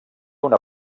una